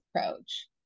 approach